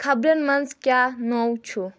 خبرن منٛز کیٛاہ نوٚو چھُ